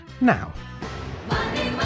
Now